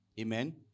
Amen